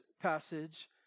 passage